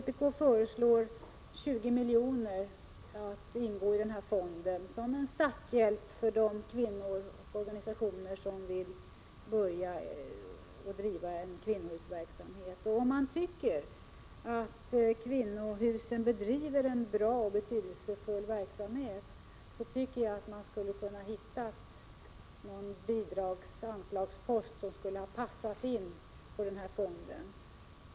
Vpk föreslår att 20 miljoner skall ingå i denna fond, som en starthjälp för de kvinnor och organisationer som vill driva kvinnohusverksamhet. Om man nu tycker att kvinnohusen gör ett bra och betydelsefullt arbete, borde man ha kunnat hitta en anslagspost som passar in på denna fond.